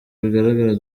bigaragara